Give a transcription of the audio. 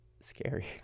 scary